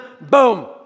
Boom